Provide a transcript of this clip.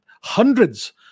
hundreds